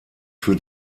für